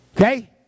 Okay